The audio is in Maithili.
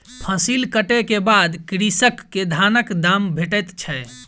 फसिल कटै के बाद कृषक के धानक दाम भेटैत छै